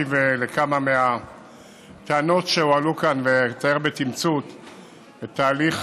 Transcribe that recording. אשיב על כמה מהטענות שהועלו כאן ואתאר בתמצית את תהליך